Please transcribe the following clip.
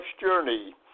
journey